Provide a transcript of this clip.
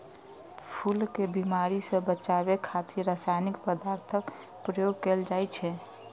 फूल कें बीमारी सं बचाबै खातिर रासायनिक पदार्थक प्रयोग कैल जाइ छै